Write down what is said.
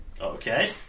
Okay